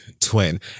twin